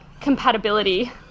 compatibility